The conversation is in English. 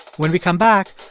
when we come back,